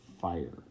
fire